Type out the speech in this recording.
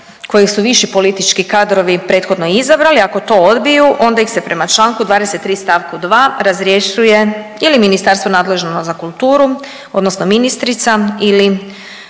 kojeg su viši politički kadrovi prethodno izabrali. Ako to odbiju, onda ih se prema članku 23. stavku 2. razrješuje ili Ministarstvo nadležno za kulturu, odnosno ministrica ili